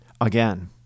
again